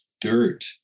dirt